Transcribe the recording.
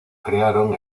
crearon